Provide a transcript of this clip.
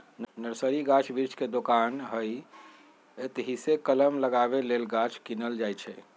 nursery गाछ वृक्ष के दोकान हइ एतहीसे कलम लगाबे लेल गाछ किनल जाइ छइ